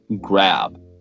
grab